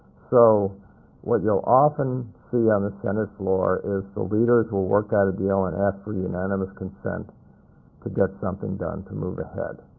so what you'll often see on the senate floor is the leaders will work out a deal and ask for unanimous consent to get something done move ahead.